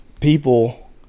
people